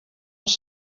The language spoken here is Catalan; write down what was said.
els